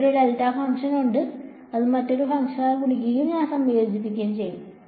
എനിക്ക് ഒരു delta function ഉണ്ട് അത് മറ്റൊരു ഫംഗ്ഷനാൽ ഗുണിക്കുകയും ഞാൻ സംയോജിപ്പിക്കുകയും ചെയ്യുന്നു